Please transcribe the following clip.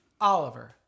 Oliver